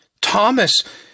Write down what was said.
Thomas